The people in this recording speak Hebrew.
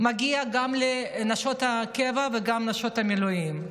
מגיע גם לנשות הקבע וגם לנשות המילואים.